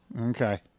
Okay